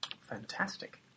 Fantastic